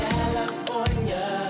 California